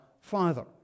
Father